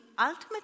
ultimately